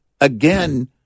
again